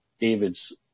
David's